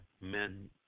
men